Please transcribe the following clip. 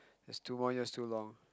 is two more years too long